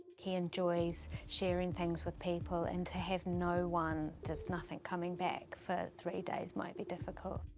he enjoys sharing things with people, and to have no one, just nothing coming back for three days, might be difficult.